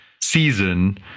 season